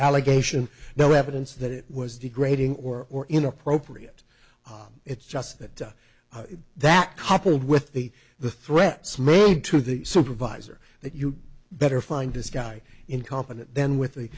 allegation no evidence that it was degrading or or inappropriate it's just that that coupled with the the threats made to the supervisor that you better find this guy incompetent then with the